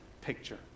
picture